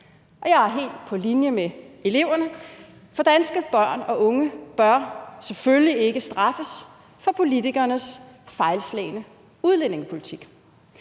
jeg er jo helt på linje med eleverne. For danske børn og unge bør selvfølgelig ikke straffes for politikernes fejlslagne udlændingepolitik,